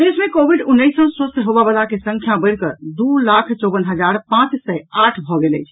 प्रदेश मे कोविड उन्नैस सँ स्वस्थ होवयवला के संख्या बढ़िकऽ दू लाख चौवन हजार पांच सय आठ भऽ गेल अछि